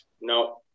No